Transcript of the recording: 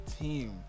team